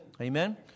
Amen